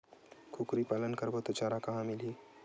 कुकरी पालन करबो त चारा कहां मिलही?